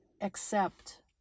accept